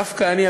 דווקא אני,